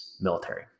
military